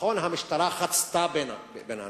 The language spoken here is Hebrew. נכון שהמשטרה חצצה בין אנשים,